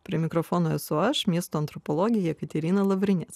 prie mikrofono esu aš miesto antropologė jekaterina lavrinec